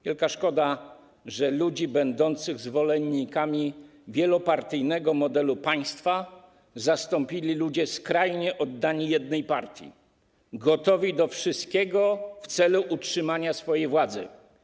Wielka szkoda, że ludzi będących zwolennikami wielopartyjnego modelu państwa zastąpili ludzie skrajnie oddani jednej partii, gotowi do wszystkiego w celu utrzymania swojej władzy.